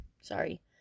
Sorry